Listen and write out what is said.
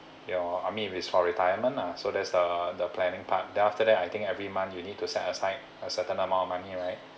your I mean it's for retirement lah so there's the the planning part then after that I think every month you need to set aside a certain amount of money right